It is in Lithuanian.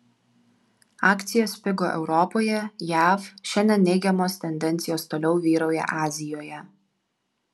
akcijos pigo europoje jav šiandien neigiamos tendencijos toliau vyrauja azijoje